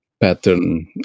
pattern